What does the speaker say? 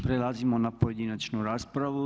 Prelazimo na pojedinačnu raspravu.